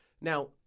Now